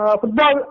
football